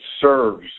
serves